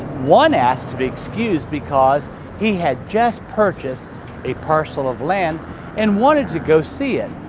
one asked to be excused because he had just purchased a parcel of land and wanted to go see it.